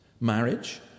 marriage